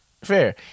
fair